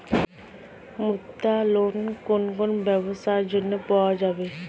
মুদ্রা লোন কোন কোন ব্যবসার জন্য পাওয়া যাবে?